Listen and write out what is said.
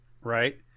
right